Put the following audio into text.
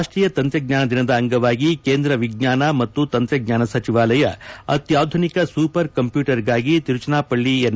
ರಾಷ್ಷೀಯ ತಂತ್ರಜ್ಞಾನ ದಿನದ ಅಂಗವಾಗಿ ಕೇಂದ್ರ ವಿಜ್ಞಾನ ಮತ್ತು ತಂತ್ರಜ್ಞಾನ ಸಚಿವಾಲಯ ಅತ್ಲಾಧುನಿಕ ಸೂಪರ್ ಕಂಪ್ಲೂಟರ್ಗಾಗಿ ತಿರುಚನಾಪಳ್ಣ ಎನ್